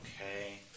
Okay